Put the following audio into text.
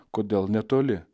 kodėl netoli